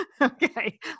Okay